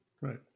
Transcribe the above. Right